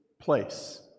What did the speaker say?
place